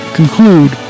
conclude